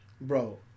Bro